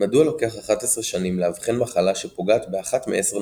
מדוע לוקח 11 שנים לאבחן מחלה שפוגעת באחת מעשר נשים?,